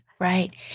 Right